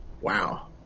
Wow